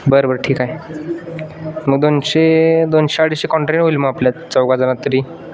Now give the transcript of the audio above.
बरं बरं ठीक आहे मग दोनशे दोनशे अडीचशे कॉन्ट्रिबिट होईल मग आपल्या चौघाजणांत तरी